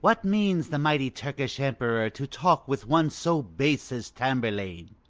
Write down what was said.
what means the mighty turkish emperor, to talk with one so base as tamburlaine?